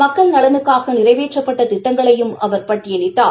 மக்கள் நலனுக்காக நிறைவேற்றப்பட்ட திட்டங்களையும் அவர் பட்டியலிட்டார்